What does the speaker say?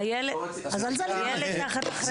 הילד תחת אחריות המדינה.